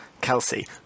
Kelsey